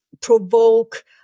provoke